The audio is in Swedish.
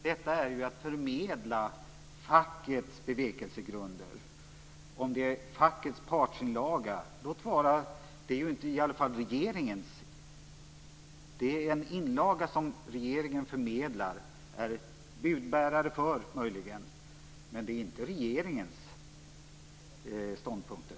Fru talman! Det är att förmedla fackets bevekelsegrunder - låt vara om det är fackets partsinlaga. Det är i alla fall inte regeringens partsinlaga. Det är en inlaga som regeringen förmedlar. Regeringen är möjligen budbärare, men det är inte regeringens ståndpunkter.